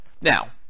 Now